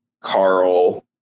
Carl